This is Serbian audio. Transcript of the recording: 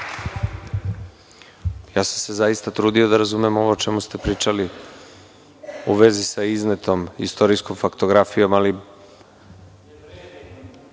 Ja sam se zaista trudio da razumem ovo o čemu ste pričali u vezi sa iznetom istorijskom faktografijom, ali